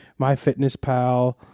MyFitnessPal